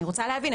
אני רוצה להבין,